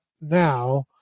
now